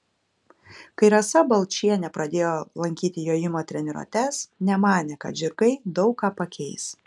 kai rasa balčienė pradėjo lankyti jojimo treniruotes nemanė kad žirgai daug ką pakeis